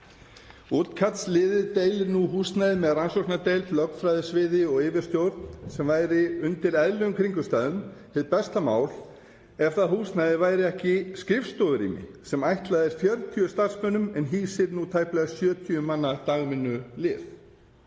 „Útkallsliðið deilir nú húsnæði með rannsóknardeild, lögfræðisviði og yfirstjórn sem væri undir eðlilegum kringumstæðum besta staðan ef það húsnæði væri ekki skrifstofurými sem er ætlað rúmlega 40 starfsmönnum en hýsir nú tæplega 70 manns á dagvinnutíma.“